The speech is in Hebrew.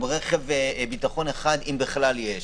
עם רכב ביטחון אחד אם בכלל יש,